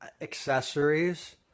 accessories